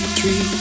Tree